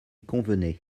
convenait